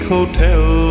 Hotel